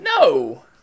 No